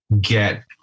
get